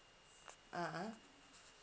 a'ah